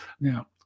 Now